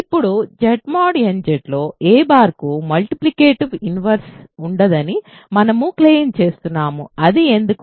ఇప్పుడు Z nZ లో a కు మల్టిప్లికేటివ్ ఇన్వర్స్ ఉండదని మనము క్లెయిమ్ చేస్తున్నాము అది ఎందుకు